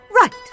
Right